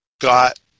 got